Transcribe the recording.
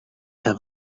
have